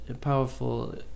powerful